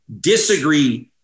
disagree